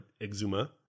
Exuma